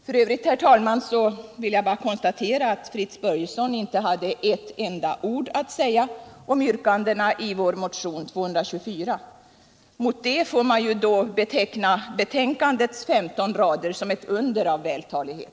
F. ö., herr talman, vill jag konstatera att Fritz Börjesson inte hade ett enda ord att säga om yrkandena i vår motion 224 — mot det får man då beteckna betänkandets 15 rader som ett under av vältalighet!